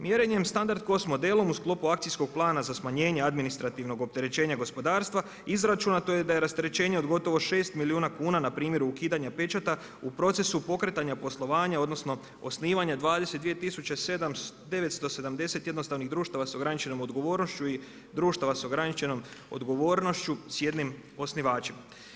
Mjerenjem standard … modelom uz sklopu Akcijskog plana za smanjenje administrativnog opterećenje gospodarstva, izračunato je da je rasterećenje od gotovo 6 milijuna kuna na primjeru ukidanja pečata u procesu pokretanja poslovanja odnosno osnivanja 22 tisuće 970 jednostavnih društava sa ograničenom odgovornošću i društava sa ograničenom odgovornošću sa jednim osnivačem.